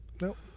Nope